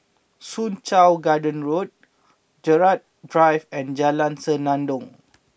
Soo Chow Garden Road Gerald Drive and Jalan Senandong